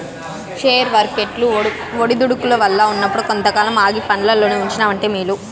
share వర్కెట్లు ఒడిదుడుకుల్ల ఉన్నప్పుడు కొంతకాలం ఆగి పండ్లల్లోనే ఉంచినావంటే మేలు